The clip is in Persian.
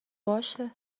باشه